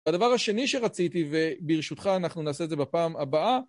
הדבר השני שרציתי, וברשותך אנחנו נעשה את זה בפעם הבאה.